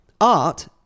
Art